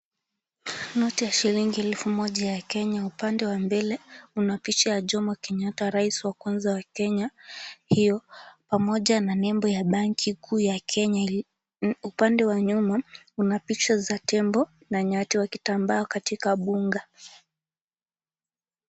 Noti ya shilingi elfu moja ya Kenya upande wa mbele, una picha ya Jomo Kenyatta, rais wa kwanza wa Kenya hiyo, pamoja na nembo ya banki kuu ya Kenya ilio, upande wa nyuma una picha wa tembo na nyati wakitambaa katika mbuga.